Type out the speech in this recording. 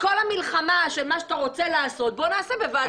כל המלחמה שאתה רוצה לעשות נעשה בוועדת חוקה.